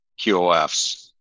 QOFs